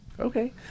Okay